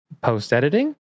post-editing